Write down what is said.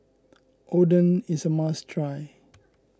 Oden is a must try